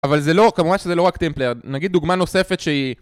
אבל זה לא, כמובן שזה לא רק טמפלר, נגיד דוגמה נוספת שהיא